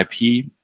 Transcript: IP